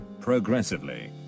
Progressively